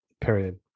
period